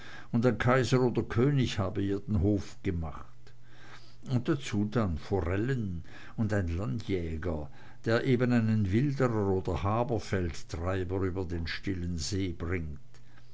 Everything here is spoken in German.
und ein kaiser oder könig habe ihr den hof gemacht und dazu dann forellen und ein landjäger der eben einen wilderer oder haberfeldtreiber über den stillen see bringt